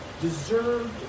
deserved